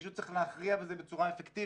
מישהו צריך להכריע בזה בצורה אפקטיבית.